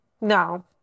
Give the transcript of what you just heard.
No